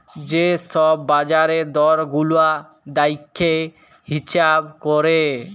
যে ছব বাজারের দর গুলা দ্যাইখে হিঁছাব ক্যরে